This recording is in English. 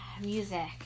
Music